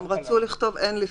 הם רצו לכתוב "אין לפתוח".